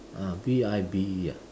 uh B I B E ah